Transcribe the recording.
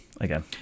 Again